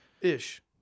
Ish